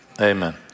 Amen